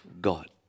God